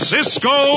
Cisco